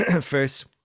First